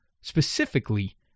specifically